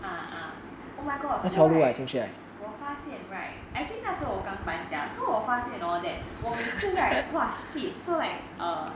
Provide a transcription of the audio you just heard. ah ah oh my god so right 我发现 right I think 那时候我刚搬家 so 我发现 hor that 我每次 right !wah! shit so like err